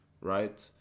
right